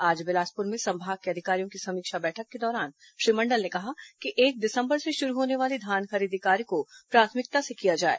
आज बिलासपुर में संभाग के अधिकारियों की समीक्षा बैठक के दौरान श्री मंडल ने कहा कि एक दिसंबर से शुरू होने वाली धान खरीदी कार्य को प्राथमिकता से किया जाए